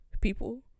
people